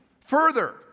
Further